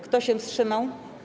Kto się wstrzymał?